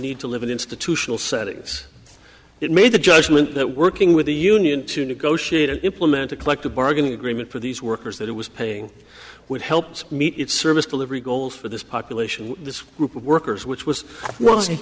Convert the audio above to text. need to live in institutional settings it made the judgment that working with the union to negotiate and implement a collective bargaining agreement for these workers that it was paying would help meet its service delivery goals for this population this group of workers which was w